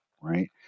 Right